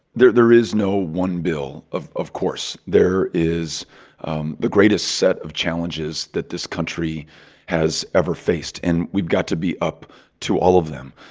there there is no one bill, of of course. there is um the greatest set of challenges that this country has ever faced, and we've got to be up to all of them.